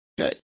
Okay